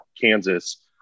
Kansas